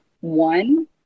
one